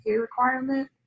requirement